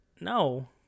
No